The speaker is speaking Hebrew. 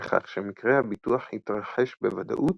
בכך שמקרה הביטוח יתרחש בוודאות,